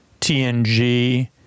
TNG